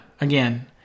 Again